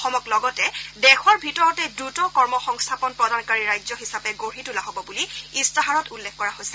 অসমক লগতে দেশৰ ভিতৰতে দ্ৰুত কৰ্মসংস্থাপন প্ৰদানকাৰী ৰাজ্য হিচাপে গঢ়ি তোলা হ'ব বুলি ইস্তাহাৰত উল্লেখ কৰা হৈছে